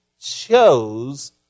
chose